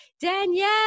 Danielle